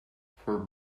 for